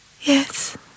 Yes